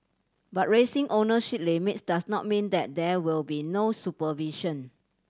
but raising ownership limits does not mean that there will be no supervision